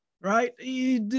right